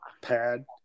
pad